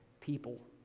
people